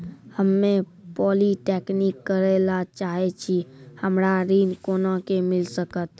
हम्मे पॉलीटेक्निक करे ला चाहे छी हमरा ऋण कोना के मिल सकत?